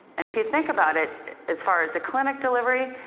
and if you think about it as far as a clinic delivery